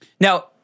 Now